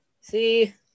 See